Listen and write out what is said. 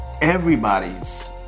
everybody's